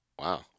Wow